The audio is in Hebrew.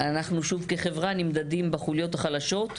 שוב כחברה נמדדים בחוליות החלשות.